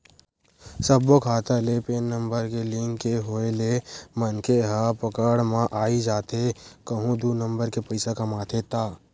सब्बो खाता ले पेन नंबर के लिंक के होय ले मनखे ह पकड़ म आई जाथे कहूं दू नंबर के पइसा कमाथे ता